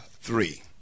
three